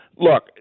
look